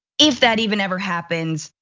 if that even ever happens,